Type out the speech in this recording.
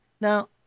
Now